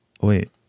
Wait